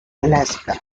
alaska